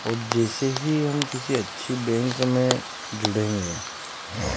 और जैसे ही हम किसी अच्छी बैंक में जुड़ेंगे